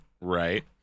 Right